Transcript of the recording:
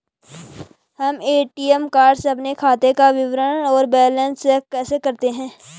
हम ATM card से अपने खाते काम विवरण और बैलेंस कैसे चेक कर सकते हैं?